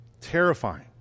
Terrifying